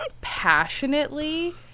passionately